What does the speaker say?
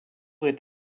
est